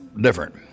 different